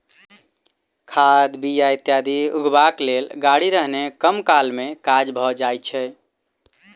खाद, बीया इत्यादि उघबाक लेल गाड़ी रहने कम काल मे काज भ जाइत छै